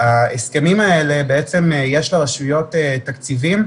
היום כ"ג בשבט התשפ"ב,